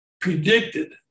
predicted